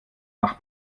nach